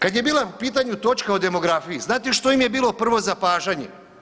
Kad je bila u pitanju točka o demografiji znate što im je bilo prvo zapažanje?